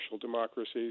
democracies